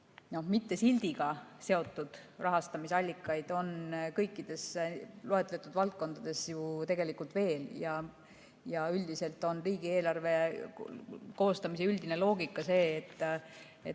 sest neid sildiga mitteseotud rahastamisallikaid on kõikides loetletud valdkondades ju tegelikult veel. Üldiselt on riigieelarve koostamise üldine loogika see, et